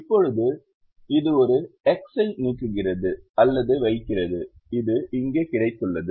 இப்போது இது ஒரு எக்ஸ் ஐ நீக்குகிறது அல்லது வைக்கிறது இது இங்கே கிடைத்துள்ளது